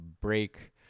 break